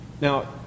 Now